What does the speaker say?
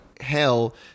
hell